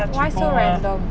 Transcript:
why so random